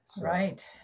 Right